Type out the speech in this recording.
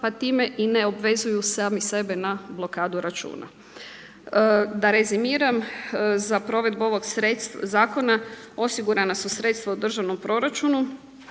pa time i ne obvezuju sami sebe na blokadu računa. Da rezimiram, za provedbu ovog zakona osigurana su sredstva u Državnom proračunu